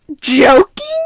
joking